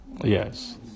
Yes